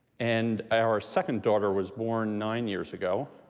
and our second daughter was born nine years ago,